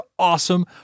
awesome